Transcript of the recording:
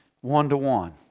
one-to-one